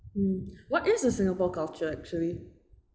mm what is a singapore culture actually